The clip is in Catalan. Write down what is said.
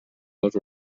les